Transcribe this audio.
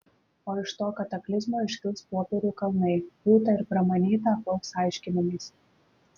o iš to kataklizmo iškils popierių kalnai būta ir pramanyta apaugs aiškinimais